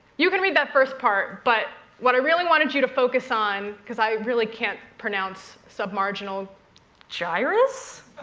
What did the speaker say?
you can read that first part, but what i really wanted you to focus on, because i really can't pronounce supramarginal gyrus?